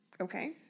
Okay